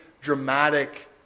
dramatic